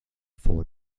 four